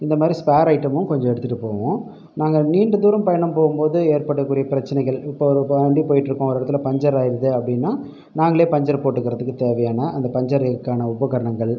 இந்தமாதிரி ஸ்பேர் ஐட்டமும் கொஞ்சம் எடுத்துகிட்டு போவோம் நாங்கள் நீண்ட தூரம் பயணம் போகும்போது ஏற்படக்கூடிய பிரச்சனைகள் இப்போ இப்போ வண்டி போயிட்டு இருக்கோம் ஒரு இடத்தில் பஞ்சர் ஆகிடுது அப்படின்னா நாங்களே பஞ்சர் போட்டுகிறதுக்கு தேவையான அந்த பஞ்சருக்கான உபகரணங்கள்